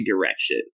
direction